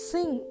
Sing